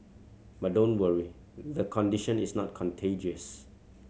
but don't worry the condition is not contagious